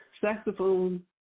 saxophone